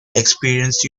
experience